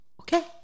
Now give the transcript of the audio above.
Okay